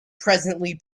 presently